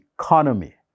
economy